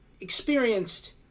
experienced